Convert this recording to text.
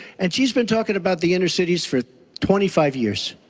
and she has been talking about the inner cities for twenty five years.